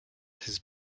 his